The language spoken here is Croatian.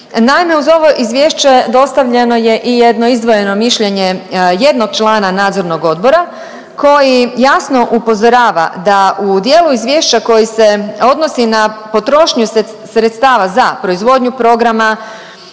Naime, uz ovo izvješće dostavljeno je i jedno izdvojeno mišljenje jednog člana nadzornog odbora koji jasno upozorava da u dijelu izvješća koji se odnosi na potrošnju sredstava za proizvodnju programa